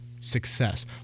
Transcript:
success